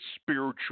spiritual